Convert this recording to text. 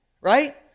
Right